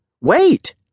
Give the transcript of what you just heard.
Wait